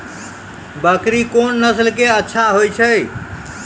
बकरी कोन नस्ल के अच्छा होय छै?